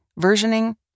versioning